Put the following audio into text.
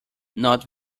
not